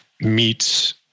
meets